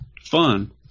fun